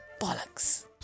Bollocks